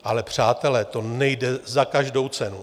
Ale přátelé, to nejde za každou cenu.